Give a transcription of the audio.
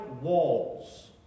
walls